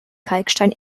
kalkstein